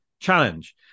challenge